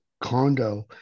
condo